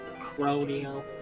Cronio